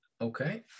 Okay